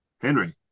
Henry